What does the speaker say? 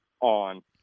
on